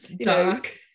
dark